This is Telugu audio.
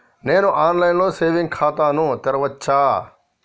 నేను ఆన్ లైన్ లో సేవింగ్ ఖాతా ను తెరవచ్చా?